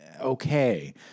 okay